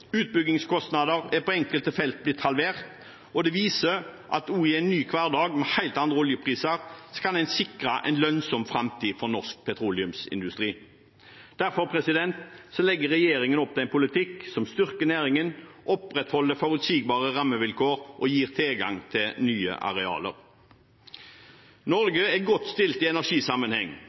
Utbyggingskostnader er på enkelte felt blitt halvert, og det viser at også i en ny hverdag, med helt andre oljepriser, kan en sikre en lønnsom framtid for norsk petroleumsindustri. Derfor legger regjeringen opp til en politikk som styrker næringen, opprettholder forutsigbare rammevilkår og gir tilgang til nye arealer. Norge er godt stilt i energisammenheng,